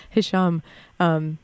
Hisham